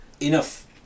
Enough